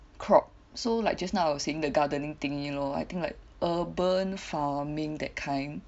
crop so like just now I was saying the gardening thingy lor I think like urban farming that kind